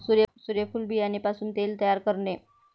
सूर्यफूल बियाणे पासून तेल तयार करणे